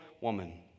woman